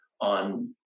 on